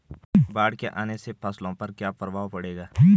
बाढ़ के आने से फसलों पर क्या प्रभाव पड़ेगा?